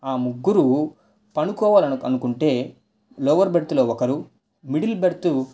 ఆ ముగ్గురు పడుకోవాలను అని అనుకుంటే లోయర్ బెర్త్లో ఒకరు మిడిల్ బెర్తు